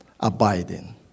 abiding